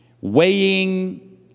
weighing